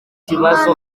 ikibazo